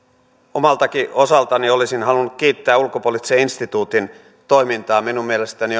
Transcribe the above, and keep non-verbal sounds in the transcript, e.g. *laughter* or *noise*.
omalta osaltanikin olisin halunnut kiittää ulkopoliittisen instituutin toimintaa minun mielestäni *unintelligible*